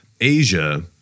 Asia